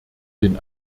den